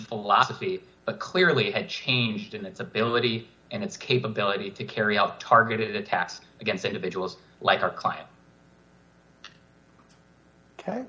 philosophy but clearly had changed in the military and its capability to carry out targeted attacks against individuals like our client ok